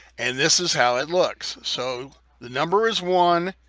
and this is how it looks, so the number is one,